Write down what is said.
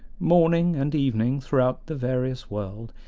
morning and evening throughout the various world,